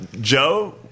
Joe